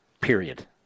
Period